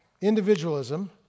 individualism